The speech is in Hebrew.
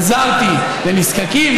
עזרתי לנזקקים,